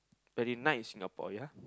very nice Singapore ya